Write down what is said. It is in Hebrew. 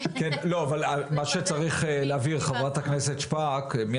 אבל מה שצריך להבהיר ח"כ שפק, זה